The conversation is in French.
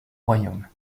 royaume